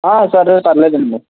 సరే పర్లేదండి